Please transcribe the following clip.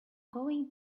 going